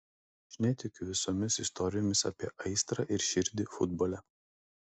aš netikiu visomis istorijomis apie aistrą ir širdį futbole